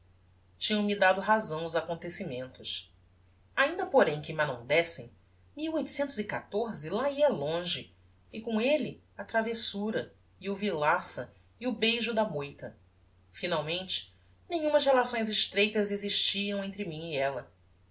folhas tinham-me dado razão os acontecimentos ainda porém que m'a não dessem lá ia longe e com elle a travessura e o villaça e o beijo da moita finalmente nenhumas relações estreitas existiam entre mim e ella